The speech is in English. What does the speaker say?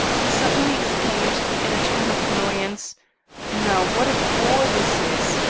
he suddenly exclaimed, in a tone of annoyance now, what a bore this is.